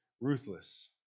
ruthless